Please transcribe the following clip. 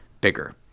bigger